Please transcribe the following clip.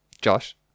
Josh